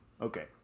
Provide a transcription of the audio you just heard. Okay